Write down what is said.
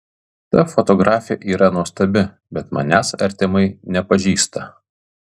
ta fotografė yra nuostabi bet manęs artimai nepažįsta